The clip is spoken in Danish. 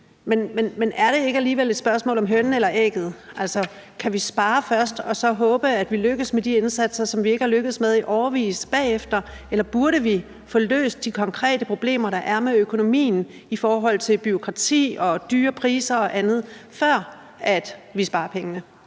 men er det ikke alligevel et spørgsmål om hønen eller ægget? Altså, kan vi spare først og så håbe, at vi lykkes med de indsatser, som vi ikke er lykkedes med i årevis, bagefter, eller burde vi få løst de konkrete problemer, der er med økonomien i forhold til bureaukrati, dyre priser og andet, før vi sparer pengene?